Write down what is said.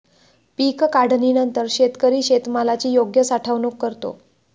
पीक काढणीनंतर शेतकरी शेतमालाची योग्य साठवणूक करतो